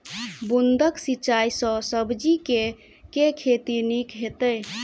बूंद कऽ सिंचाई सँ सब्जी केँ के खेती नीक हेतइ?